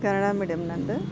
Kannada medium ನನ್ನದು